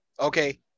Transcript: Okay